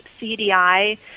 CDI